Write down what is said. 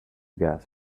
gas